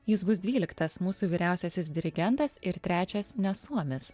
jis bus dvyliktas mūsų vyriausiasis dirigentas ir trečias ne suomis